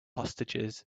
hostages